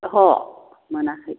अह' मोनाखै